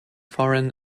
foreign